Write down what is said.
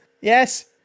Yes